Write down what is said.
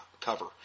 cover